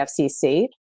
FCC